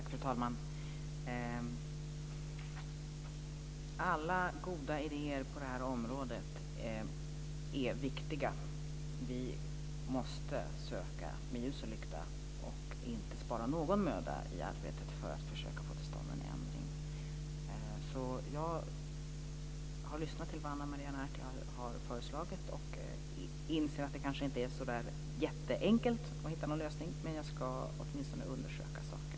Fru talman! Alla goda idéer på detta område är viktiga. Vi måste söka med ljus och lykta och inte spara någon möda i arbetet för att försöka få till stånd en ändring. Jag har lyssnat till vad Ana Maria Narti har föreslagit och inser att det kanske inte är så jätteenkelt att hitta en lösning. Men jag ska åtminstone undersöka saken. Det lovar jag.